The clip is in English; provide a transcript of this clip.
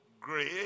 great